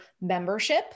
membership